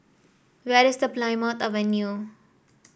where is Plymouth Avenue